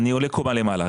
אני עולה קומה למעלה.